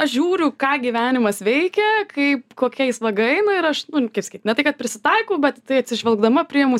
aš žiūriu ką gyvenimas veikia kaip kokia vaga eina ir aš nu kaip sakyt ne tai kad prisitaikau bet tai atsižvelgdama priimu